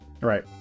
right